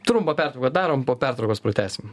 trumpą pertrauką darom po pertraukos pratęsim